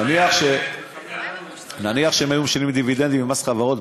נניח שהם היו משלמים דיבידנדים ומס חברות,